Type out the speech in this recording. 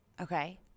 okay